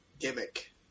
gimmick